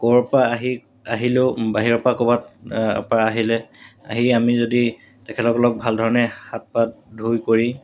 ক'ৰবাৰপৰা আহি আহিলেও বাহিৰৰপৰা ক'ৰবাত পৰা আহিলে আহি আমি যদি তেখেতসকলক ভালধৰণে হাত পাত ধুই কৰি